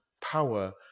power